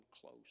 close